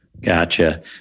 Gotcha